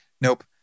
nope